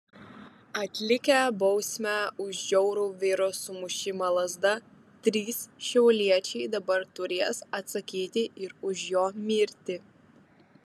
atlikę bausmę už žiaurų vyro sumušimą lazda trys šiauliečiai dabar turės atsakyti ir už jo mirtį